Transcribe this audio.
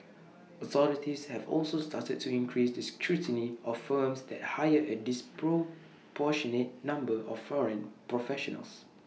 authorities have also started to increase the scrutiny of firms that hire A disproportionate number of foreign professionals